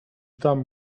tam